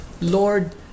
lord